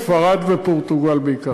ספרד ופורטוגל בעיקר.